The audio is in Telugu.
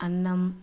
అన్నం